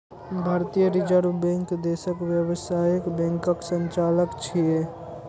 भारतीय reserve bank देशक व्यावसायिक बैंकक संचालक छियै